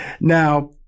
Now